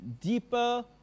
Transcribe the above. deeper